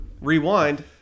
Rewind